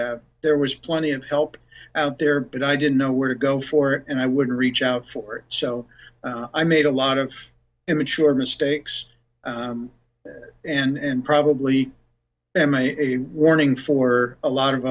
have there was plenty of help out there but i didn't know where to go for it and i would reach out for it so i made a lot of immature mistakes and probably am a warning for a lot of